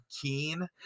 keen